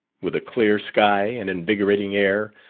with a clear sky, and invigorating air,